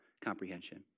comprehension